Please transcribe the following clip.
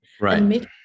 Right